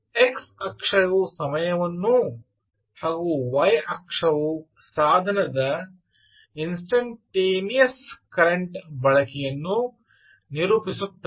X ಅಕ್ಷವು ಸಮಯವನ್ನು ಹಾಗೂ y ಅಕ್ಷವು ಸಾಧನದ ಇನ್ಸ್ಟಂಟೆನಿಯಸ್ ಕರೆಂಟ್ ಬಳಕೆಯನ್ನು ನಿರೂಪಿಸುತ್ತವೆ